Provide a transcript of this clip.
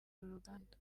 ruganda